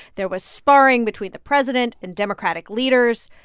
there was sparring between the president and democratic leaders.